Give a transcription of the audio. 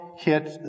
hit